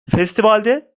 festivalde